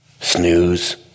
Snooze